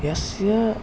यस्य